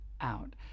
out